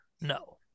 No